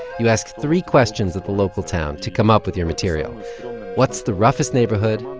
you ask three questions of the local town to come up with your material what's the roughest neighborhood,